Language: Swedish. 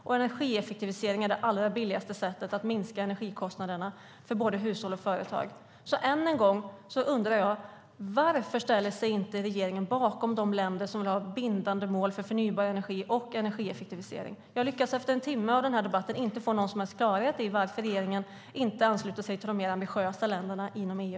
Och energieffektivisering är det allra billigaste sättet att minska energikostnaderna för både hushåll och företag. Än en gång undrar jag: Varför ställer sig inte regeringen bakom de länder som vill ha bindande mål för förnybar energi och energieffektivisering? Jag lyckas efter en timme av den här debatten inte få någon som helst klarhet i varför regeringen inte ansluter sig till de mer ambitiösa länderna inom EU.